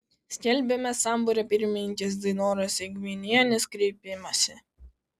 skelbiame sambūrio pirmininkės dainoros eigminienės kreipimąsi